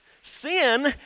sin